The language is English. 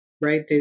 right